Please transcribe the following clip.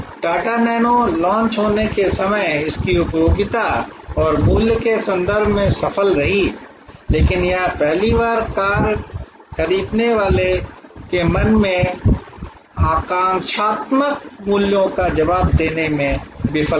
Tata Nano launch होने के समय इसकी उपयोगिता और मूल्य के संदर्भ में सफल रही लेकिन यह पहली बार कार खरीदने वाले के मन में आकांक्षात्मक मूल्यों का जवाब देने में विफल रही